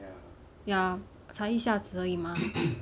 ya 才一下子而已 mah